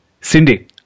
Cindy